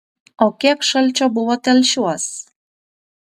o kiek šalčio buvo telšiuos